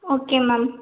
okay ma'am